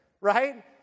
right